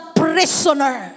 prisoner